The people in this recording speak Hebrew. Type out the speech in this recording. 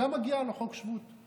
גם מגיע לו חוק שבות.